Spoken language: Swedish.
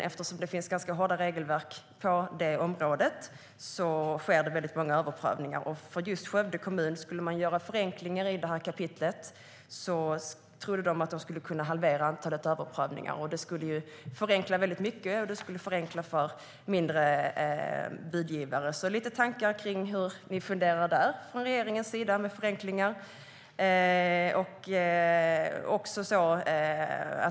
Eftersom det finns ganska hårda regelverk på det området sker det väldigt många överprövningar. Om man skulle göra förändringar i det kapitlet trodde de att de för just Skövde kommun skulle kunna halvera antalet överprövningar. Det skulle förenkla väldigt mycket, och det skulle förenkla för mindre budgivare. Jag skulle vilja få lite tankar om hur ni funderar där från regeringens sida med förenklingar.